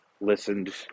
listened